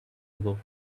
ago